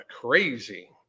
Crazy